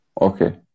okay